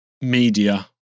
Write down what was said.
media